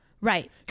Right